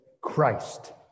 Christ